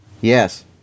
Yes